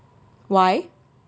why